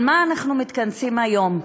על מה אנחנו מתכנסים היום?